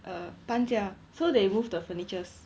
err 搬家 so they moved the furnitures